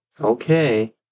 Okay